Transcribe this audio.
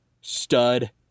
stud